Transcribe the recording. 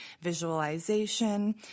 visualization